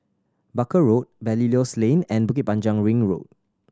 Barker Road Belilios Lane and Bukit Panjang Ring Road